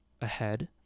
ahead